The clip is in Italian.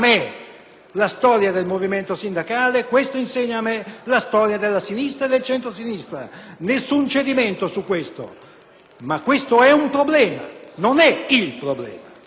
la storia del movimento sindacale, questo mi insegna la storia della Sinistra e del centrosinistra. Nessun cedimento su questo; ma questo è un problema, non è il problema.